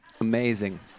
amazing